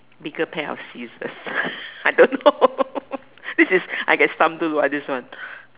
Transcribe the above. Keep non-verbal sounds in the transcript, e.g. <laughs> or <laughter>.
bigger pair of useless I don't know <laughs> this is I get stumped too by this one